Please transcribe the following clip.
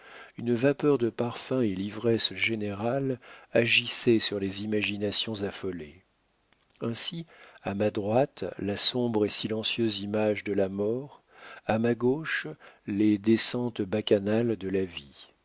une vapeur de parfums et l'ivresse générale agissaient sur les imaginations affolées ainsi à ma droite la sombre et silencieuse image de la mort à ma gauche les décentes bacchanales de la vie